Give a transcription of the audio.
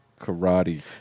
karate